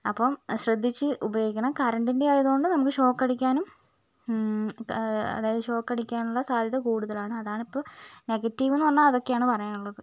അപ്പം ശ്രദ്ധിച്ച് ഉപയോഗിക്കണം കറണ്ടിൻ്റെ ആയതുകൊണ്ട് നമ്മുക്ക് ഷോക്ക് അടിക്കാനും അതായത് ഷോക്ക് അടിക്കാനുള്ള സാധ്യത കൂടുതലാണ് അതാണിപ്പോൾ നെഗറ്റീവ് എന്നു പറഞ്ഞാൽ അതൊക്കെയാണ് പറയാനുള്ളത്